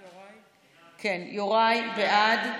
יוראי, בעד,